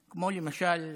למשל,